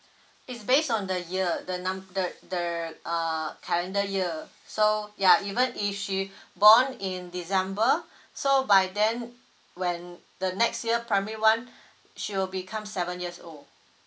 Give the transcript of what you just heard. it's based on the year the num~ the the uh calendar year so yeah even if she born in december so by then when the next year primary one she will become seven years old